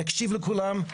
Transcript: נקשיב לכולם,